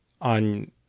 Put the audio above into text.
on